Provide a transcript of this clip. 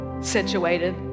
situated